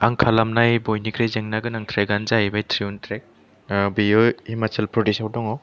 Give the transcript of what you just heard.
आं खालामनाय बयनिख्रुइ जेंना गोनां ट्रेक आनो जाहैबाय ट्रिउन्ड ट्रेक बेयो हिमाचल प्रदेशाव दङ